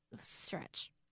stretch